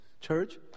Church